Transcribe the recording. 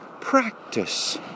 practice